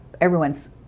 Everyone's